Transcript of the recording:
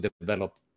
develop